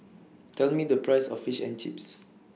Tell Me The Price of Fish and Chips